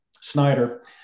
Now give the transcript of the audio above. Snyder